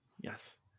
Yes